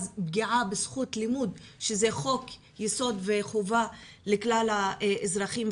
זו פגיעה בזכות לימוד שהיא חוק יסוד וחובה לכלל האזרחים.